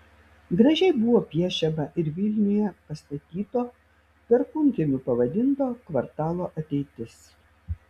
gražiai buvo piešiama ir vilniuje pastatyto perkūnkiemiu pavadinto kvartalo ateitis